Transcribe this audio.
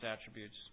attributes